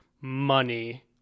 money